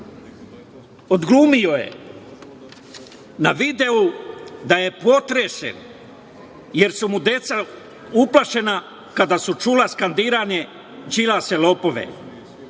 odglumio je na videu da je potresen, jer su mu deca uplašena kada su čula skandiranje – Đilase